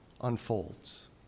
UNFOLDS